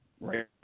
right